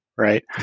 right